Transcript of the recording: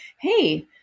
Hey